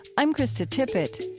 i'm krista tippett.